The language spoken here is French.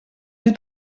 est